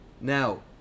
Now